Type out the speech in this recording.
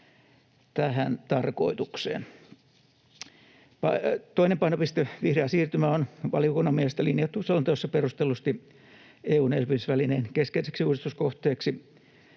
tähän tarkoitukseen. Toinen painopiste, vihreä siirtymä, on valiokunnan mielestä linjattu selonteossa perustellusti EU:n elpymisvälineen keskeiseksi uudistuskohteeksi,